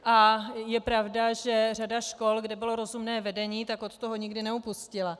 A je pravda, že řada škol, kde bylo rozumné vedení, od toho nikdy neupustila.